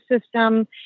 system